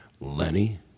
Lenny